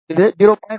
இது 0